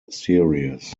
series